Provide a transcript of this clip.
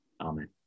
amen